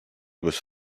was